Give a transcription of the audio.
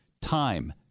Time